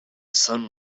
sun